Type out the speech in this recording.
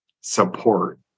support